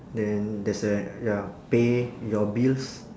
then there's a ya pay your bills